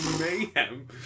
mayhem